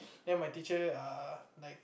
then my teacher err like